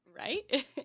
Right